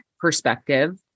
perspective